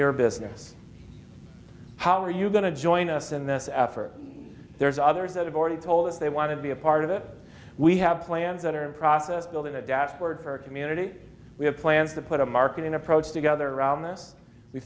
your business how are you going to join us in this effort there's others that have already told us they want to be a part of it we have plans that are in process building a dashboard for a community we have plans to put a marketing approach together around th